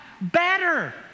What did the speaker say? better